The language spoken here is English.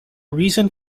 reason